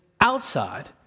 outside